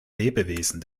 lebewesen